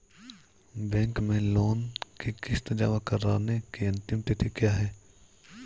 Bank में loan की किश्त जमा कराने की अंतिम तिथि क्या है?